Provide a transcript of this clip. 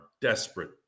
desperate